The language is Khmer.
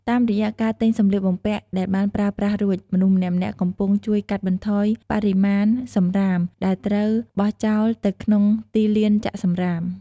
តាមរយៈការទិញសម្លៀកបំពាក់ដែលបានប្រើប្រាស់រួច មនុស្សម្នាក់ៗកំពុងជួយកាត់បន្ថយបរិមាណសំរាមដែលត្រូវបោះចោលទៅក្នុងទីលានចាក់សំរាម។